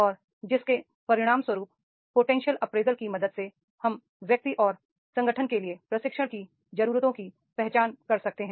और जिसके परिणामस्वरूप पोटेंशियल अप्रेजल की मदद से हम व्यक्ति और संगठन के लिए प्रशिक्षण की जरूरतों की पहचान कर सकते हैं